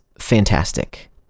fantastic